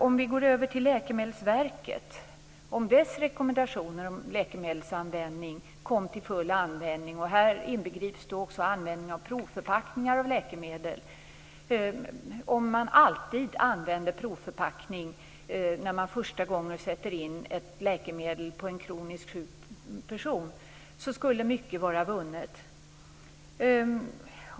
Jag kan gå över till Läkemedelsverket och dess rekommendationer om läkemedelsanvändning - här inbegrips också användning av provförpackningar av läkemedel. Om man alltid använde provförpackning när man första gången sätter in läkemedel på en kroniskt sjuk person skulle mycket vara vunnet.